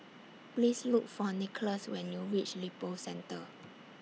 Please Look For Nicholaus when YOU REACH Lippo Centre